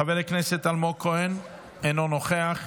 חבר הכנסת אלמוג כהן, אינו נוכח.